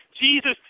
Jesus